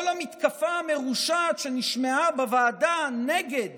כל המתקפה המרושעת שנשמעה בוועדה נגד